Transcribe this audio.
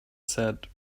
said